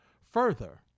further